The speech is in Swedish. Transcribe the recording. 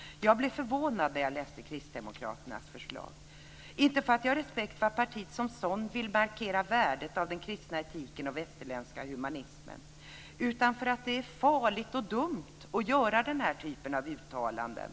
Jag blev förvånad när jag läste Kristdemokraternas förslag. Inte för att jag inte har respekt för att partiet som sådant vill markera värdet av både den kristna etiken och av den västerländska humanismen, utan därför att det är farligt och dumt att göra den typen av uttalanden.